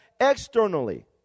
externally